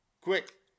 Quick